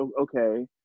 okay